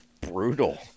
Brutal